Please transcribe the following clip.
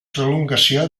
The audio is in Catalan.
prolongació